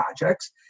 projects